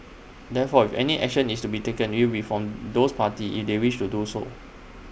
therefore if any action is to be taken IT would be from those parties if they wish to do so